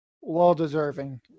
Well-deserving